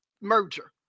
merger